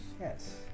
yes